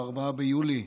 ב-4 ביולי,